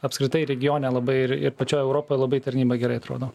apskritai regione labai ir ir pačioj europoj labai tarnyba gerai atrodo